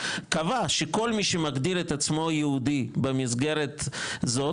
קבע שכל מי שמגדיר את עצמו יהודי במסגרת זאת,